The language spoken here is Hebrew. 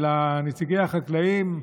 אלא נציגי החקלאים,